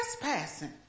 trespassing